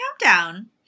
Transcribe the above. countdown